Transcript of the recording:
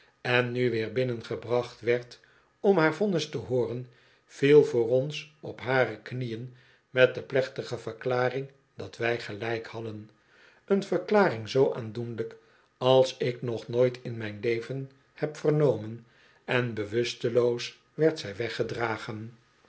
en nu weer binnengebracht werd om haar vonnis te hooren viel voor ons op hare knieën met de plechtige verklaring dat wij gelijk hadden een verklaring zoo aandoenlijk als ik nog nooit in mijn leven heb vernomen en bewusteloos werd zij weggedragen